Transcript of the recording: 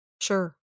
Sure